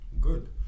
Good